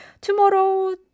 Tomorrow